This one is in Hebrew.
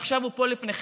ועכשיו הוא פה לפניכם.